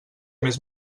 més